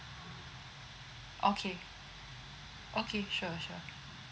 okay okay sure sure